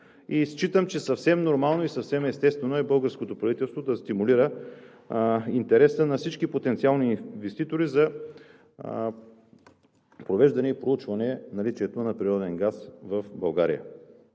Считам, че е съвсем нормално и съвсем естествено българското правителство да стимулира интереса на всички потенциални инвеститори за провеждане и проучване на наличието на природен газ в България.